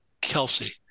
Kelsey